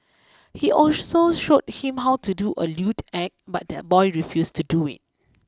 he also showed him how to do a lewd act but the boy refused to do it